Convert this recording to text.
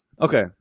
Okay